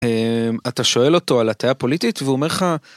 אתה שואל אותו על הטייה פוליטית והוא אומר לך.